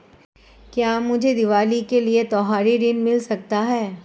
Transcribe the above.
क्या मुझे दीवाली के लिए त्यौहारी ऋण मिल सकता है?